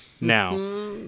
Now